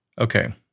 Okay